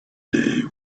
day